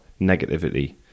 negativity